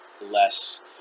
less